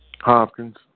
Hopkins